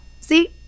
see